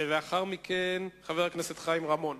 לאחר מכן חבר הכנסת חיים רמון.